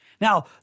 Now